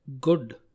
good